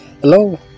Hello